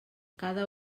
cada